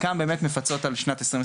שחלקן באמת מפצות על שנת 2020,